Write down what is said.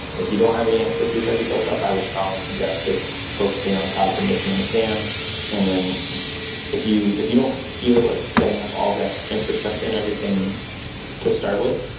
if you don't have any expertise already built up, i would strongly suggest just focusing on cloud formation and sam and then if you if you don't feel like setting up all that infrastructure and everything to start with,